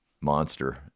monster